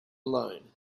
alone